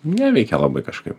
neveikia labai kažkaip